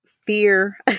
fear